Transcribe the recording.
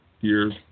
years